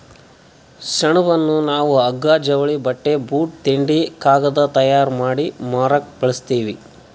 ಸೆಣಬನ್ನ ನಾವ್ ಹಗ್ಗಾ ಜವಳಿ ಬಟ್ಟಿ ಬೂಟ್ ತಿಂಡಿ ಕಾಗದ್ ತಯಾರ್ ಮಾಡಿ ಮಾರಕ್ ಬಳಸ್ತೀವಿ